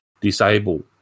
disable